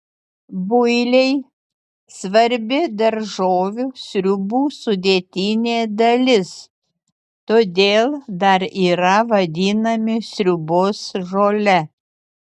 builiai svarbi daržovių sriubų sudėtinė dalis todėl dar yra vadinami sriubos žole